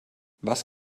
was